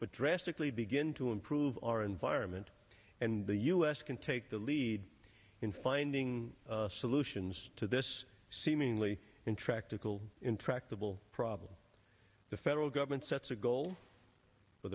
but drastically begin to improve our environment and the u s can take the lead in finding solutions to this seemingly intractable intractable problem the federal government sets a goal